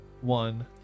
one